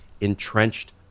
entrenched